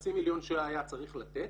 מהחצי מיליון שהיה צריך לתת